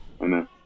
amen